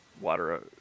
water